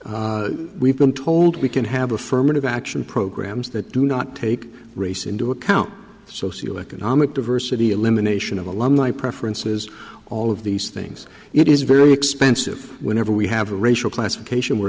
rod we've been told we can have affirmative action programs that do not take race into account socioeconomic diversity elimination of alumni preferences all of these things and it is very expensive whenever we have a racial classification where